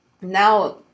Now